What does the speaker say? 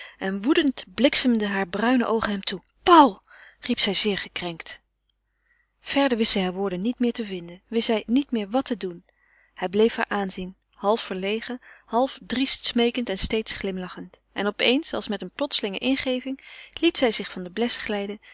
en woedend bliksemden hare bruine oogen hem toe paul riep zij zeer gekrenkt verder wist zij hare woorden niet meer te vinden wist zij niet meer wat te doen hij bleef haar aanzien half verlegen half driest smeekend en steeds glimlachend en op eens als met eene plotselinge ingeving liet zij zich van den bles glijden